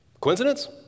Coincidence